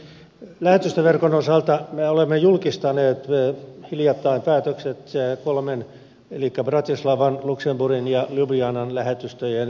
lähetystöverkon osalta me olemme julkistaneet hiljattain päätökset kolmen eli bratislavan luxemburgin ja ljubljanan lähetystöjen sulkemisesta